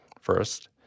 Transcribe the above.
First